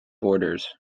borders